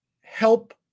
help